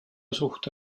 suhte